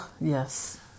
Yes